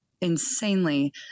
insanely